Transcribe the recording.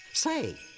Say